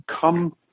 Come